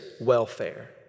welfare